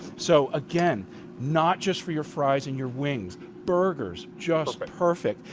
so again not just for your fries and your wings. burgers, just but perfect.